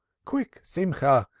quick, simcha,